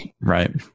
Right